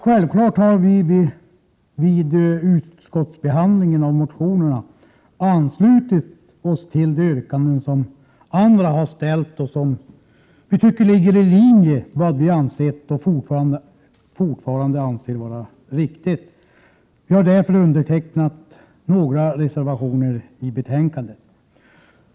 Självklart har vi vid utskottsbehandlingen av motionerna anslutit oss till andras yrkanden, vilka vi tycker ligger i linje med vad vi har ansett och fortfarande anser vara riktigt. Jag har därför undertecknat några reservationer i betänkandet.